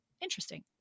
interesting